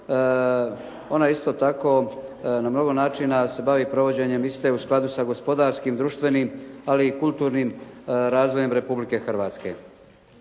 ona isto tako na mnogo načina se bavi provođenjem iste u skladu sa gospodarskim, društvenim ali i kulturnim razvojem Republike Hrvatske.